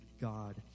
God